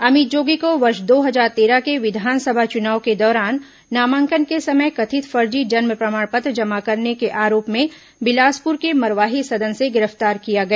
अमित जोगी को वर्ष दो हजार तेरह के विधानसभा चुनाव के दौरान नामांकन के समय कथित फर्जी जन्म प्रमाण पत्र जमा करने के आरोप में बिलासपुर के मरवाही सदन से गिरफ्तार किया गया